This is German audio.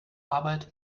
arbeit